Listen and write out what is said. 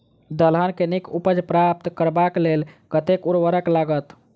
दलहन केँ नीक उपज प्राप्त करबाक लेल कतेक उर्वरक लागत?